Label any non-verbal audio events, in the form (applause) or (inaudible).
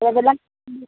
ഏതെല്ലാം (unintelligible)